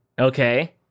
Okay